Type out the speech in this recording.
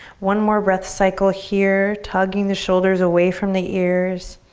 one more breath cycle here tugging the shoulders away from the ears.